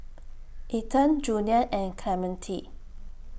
Ethan Junior and Clemente